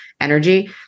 energy